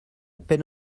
peine